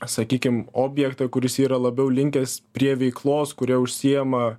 sakykim objektą kuris yra labiau linkęs prie veiklos kuria užsiima